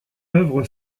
œuvre